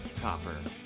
Copper